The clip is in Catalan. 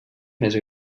més